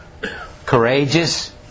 courageous